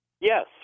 Yes